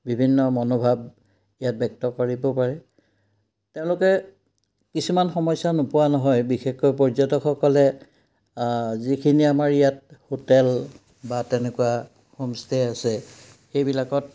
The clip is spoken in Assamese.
বিভিন্ন মনোভাৱ ইয়াত ব্যক্ত কৰিব পাৰে তেওঁলোকে কিছুমান সমস্যা নোপোৱা নহয় বিশেষকৈ পৰ্যটকসকলে যিখিনি আমাৰ ইয়াত হোটেল বা তেনেকুৱা হোমষ্টে আছে সেইবিলাকত